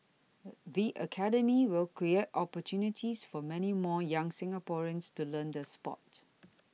the Academy will create opportunities for many more young Singaporeans to learn the sport